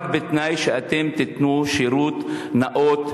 רק בתנאי שאתם תיתנו שירות נאות,